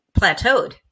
plateaued